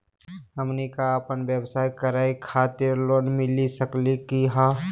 हमनी क अपन व्यवसाय करै खातिर लोन मिली सकली का हो?